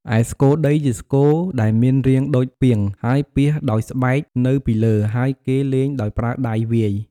ឯស្គរដី ជាស្គរដែលមានរាងដូចពាង ហើយពាសដោយស្បែកនៅពីលើ ហើយគេលេងដោយប្រើដៃវាយ។